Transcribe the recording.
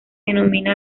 denomina